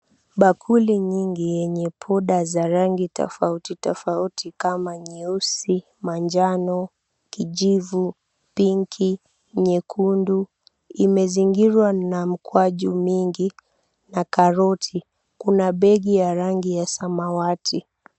Bakuli nyingi yenye poda za rangi tofauti tofauti kama nyeusi, manjano, kijivu, pinki , nyekundu imezingirwa na mkwaju mingi na karoti. Kuna begi ya rangi ya samawati.